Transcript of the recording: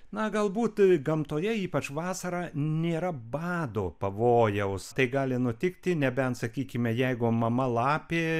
na galbūt gamtoje ypač vasarą nėra bado pavojaus tai gali nutikti nebent sakykime jeigu mama lapė